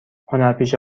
هنرپیشه